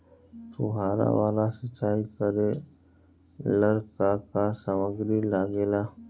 फ़ुहारा वाला सिचाई करे लर का का समाग्री लागे ला?